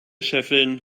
scheffeln